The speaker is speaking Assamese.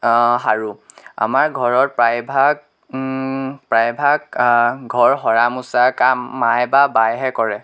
সাৰোঁ আমাৰ ঘৰৰ প্ৰায়ভাগ প্ৰায়ভাগ ঘৰ সৰা মচা কাম মায়ে বা বায়েহে কৰে